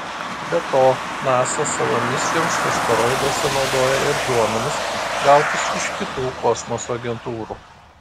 be to nasa savo misijoms asteroiduose naudoja ir duomenis gautus iš kitų kosmoso agentūrų